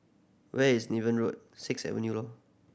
where is Niven Road six seven